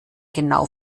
genau